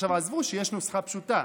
עזבו את זה שיש נוסחה פשוטה,